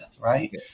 right